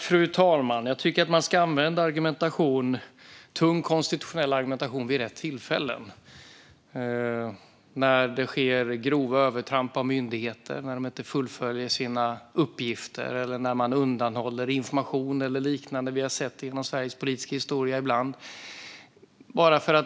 Fru talman! Jag tycker att man ska använda tung konstitutionell argumentation vid rätt tillfällen - när det sker grova övertramp av myndigheter, när de inte fullföljer sina uppgifter, när information undanhålls eller liknande. Vi har sett det genom Sveriges politiska historia ibland. Fru talman!